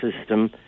system